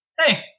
hey